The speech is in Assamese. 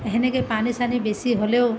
সেনেকৈ পানী চানী বেছি হ'লেও